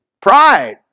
pride